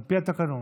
על פי התקנון,